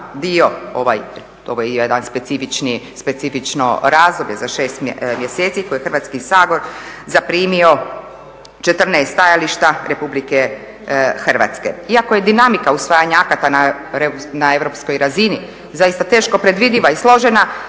dio, ovo je specifično razdoblje za 6 mjeseci koje je Hrvatski sabor zaprimio 14 stajališta Republike Hrvatske. Iako je dinamika usvajanja akata na europskoj razini zaista teško predvidiva i složena